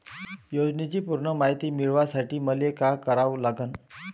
योजनेची पूर्ण मायती मिळवासाठी मले का करावं लागन?